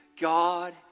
God